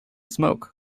smoke